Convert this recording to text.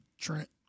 Trent